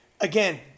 again